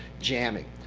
jamming.